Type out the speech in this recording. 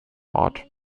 ort